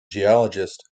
geologist